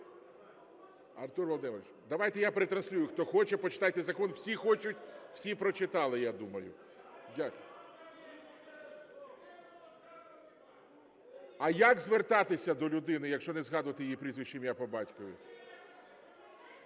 Артур Володимирович, давайте я перетранслюю. Хто хоче, почитайте закон. Всі хочуть, всі прочитали, я думаю. (Шум у залі) А як звертатися до людини, якщо не згадувати її прізвище, ім'я, по батькові.